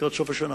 לקראת סוף השנה.